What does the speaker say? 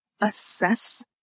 assess